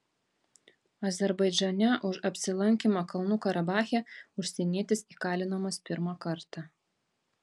azerbaidžane už apsilankymą kalnų karabache užsienietis įkalinamas pirmą kartą